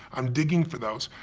i'm digging for those.